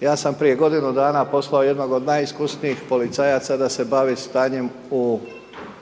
Ja sam prije godinu dana poslao jednog od najiskusnijih policajaca da se bavi stanjem u